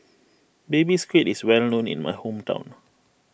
Baby Squid is well known in my hometown